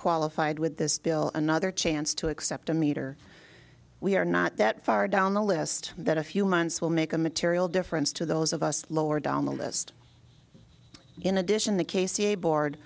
qualified with this bill another chance to accept a metre we are not that far down the list that a few months will make a material difference to those of us lower down the list in addition the k c board